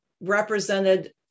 represented